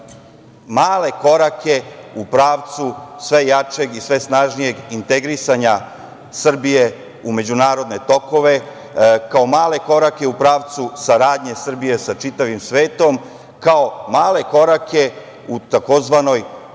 male korake u pravcu sve jačeg i sve snažnijeg integrisanja Srbije u međunarodne tokove kao male korake u pravcu saradnje Srbije sa čitavim svetom, kao male korake u tzv.